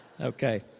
Okay